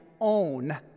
own